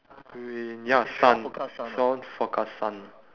rain ya sun shore forecast sun